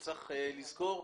צריך לזכור,